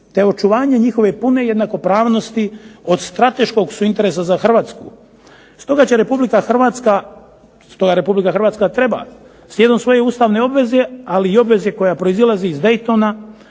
te očuvanje njihove pune jednakopravnosti od strateškog su interesa za Hrvatsku. Stoga Republika Hrvatska treba slijedom svoje ustavne obveze, ali i obveze koja proizlazi iz Daytona,